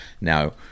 Now